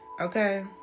Okay